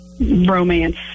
romance